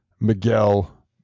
Miguel